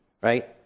right